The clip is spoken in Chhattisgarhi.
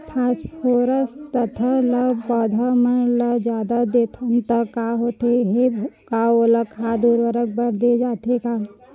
फास्फोरस तथा ल पौधा मन ल जादा देथन त का होथे हे, का ओला खाद उर्वरक बर दे जाथे का?